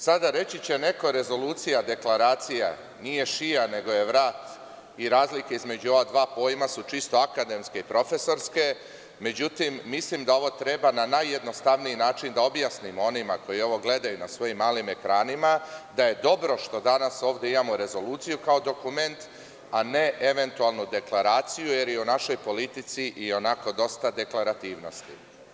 Sada, reći će neko, rezolucija, deklaracija, nije šija nego vrat i razlike između ova dva pojma su čisto akademske i profesorske, međutim mislim da ovo treba na najjednostavniji način da objasnimo onima, koji ovo gledaju na malim ekranima, da je dobro što danas ovde imamo rezoluciju kao dokument, a ne eventualno deklaraciju, jer je u našoj politici i onako dosta deklarativnosti.